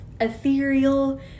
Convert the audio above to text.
ethereal